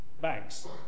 banks